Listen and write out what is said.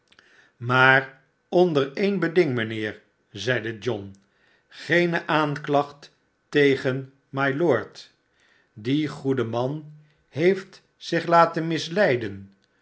maar onder e'en beding mijnheer zeide john geene aanklacht tegen mylord die goede man heeft zich laten misleiden